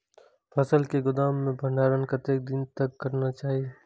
फसल के गोदाम में भंडारण कतेक दिन तक करना चाही?